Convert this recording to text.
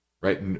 right